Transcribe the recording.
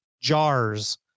jars